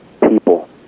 people